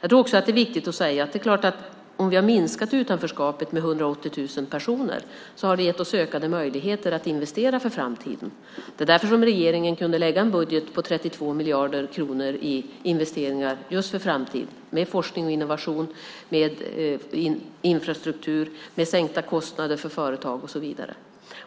Jag tror också att det är viktigt att säga att om vi har minskat utanförskapet med 180 000 personer har vi gett oss ökade möjligheter att investera för framtiden. Därför kunde regeringen lägga fram en budget på 32 miljarder kronor i investeringar för framtiden på forskning och innovation, infrastruktur, sänkta kostnader för företag och så vidare.